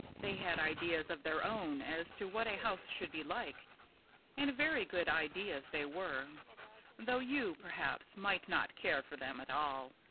they had ideas of their own as to what a house should be like and very good ideas they were though you, perhaps, might not care for them at all.